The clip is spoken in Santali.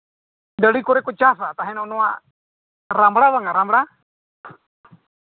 ᱟᱲᱮᱹ ᱠᱚᱨᱮ ᱠᱚ ᱪᱟᱥᱟ ᱱᱚᱣᱟ ᱨᱟᱢᱲᱟ ᱵᱟᱝᱟ ᱨᱟᱢᱲᱟ